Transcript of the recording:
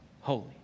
holy